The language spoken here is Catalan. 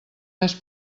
més